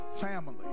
family